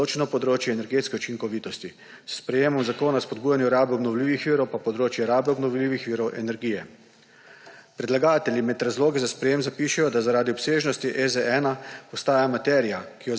izločeno področje energetske učinkovitosti, s sprejemom Zakona o spodbujanju rabe obnovljivih virov pa področje rabe obnovljivih virov energije. Predlagatelji med razloge za sprejem zapišejo, da zaradi obsežnosti EZ-1 ostaja materija,